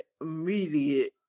immediate